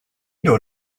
dod